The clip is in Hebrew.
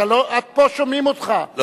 עד פה שומעים אותך,